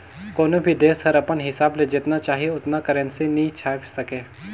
कोनो भी देस हर अपन हिसाब ले जेतना चाही ओतना करेंसी नी छाएप सके